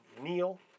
Neil